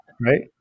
Right